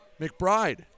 McBride